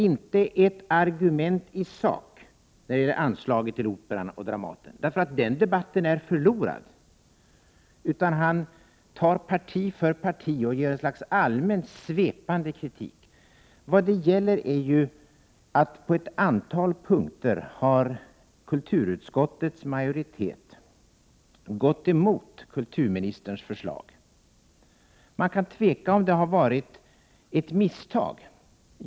Inte ett argument i sak när det gäller anslagen till Operan eller Dramaten — den debatten är förlorad. Han ger i stället ett slags allmänt svepande kritik parti för parti. Vad det gäller är att kulturutskottets majoritet på ett antal punkter har gått emot kulturministerns förslag. Man kan tveka om huruvida detta är baserat på ett misstag.